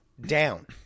down